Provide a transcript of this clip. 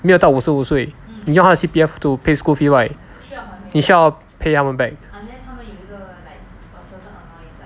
没有到五十五岁你用他的 C_P_F to pay school fee right 你需要 pay 他们 back